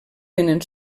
vénen